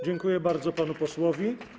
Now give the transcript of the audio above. Dziękuję bardzo panu posłowi.